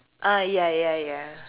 uh ya ya ya